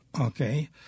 Okay